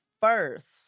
first